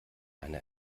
einer